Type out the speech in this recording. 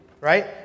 right